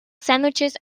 sandwiches